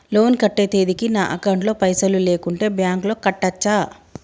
Loan కట్టే తేదీకి నా అకౌంట్ లో పైసలు లేకుంటే బ్యాంకులో కట్టచ్చా?